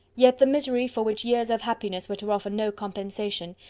yet the misery, for which years of happiness were to offer no compensation,